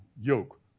yoke